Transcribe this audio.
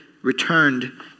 returned